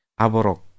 aborok